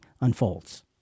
unfolds